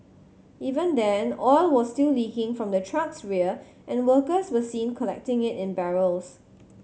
even then oil was still leaking from the truck's rear and workers were seen collecting it in barrels